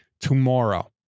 tomorrow